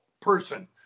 person